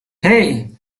hey